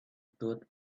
stood